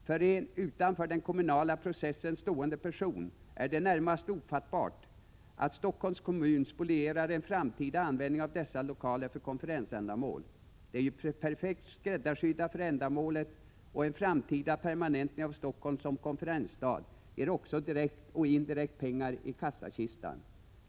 För en utanför den kommunala processen stående person är det närmast ofattbart att Stockholms kommun spolierar en framtida användning av dessa lokaler för konferensändamål. De är ju perfekt skräddarsydda för ändamålet, och en framtida permanentning av Stockholm som konferensstad ger också direkt och indirekt pengar i kassakistan.